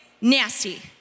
Nasty